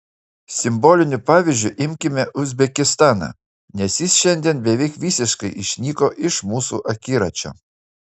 simboliniu pavyzdžiu imkime uzbekistaną nes jis šiandien beveik visiškai išnyko iš mūsų akiračio